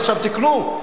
עכשיו תיקנו.